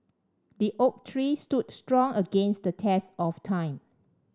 the oak tree stood strong against the test of time